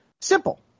simple